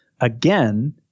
again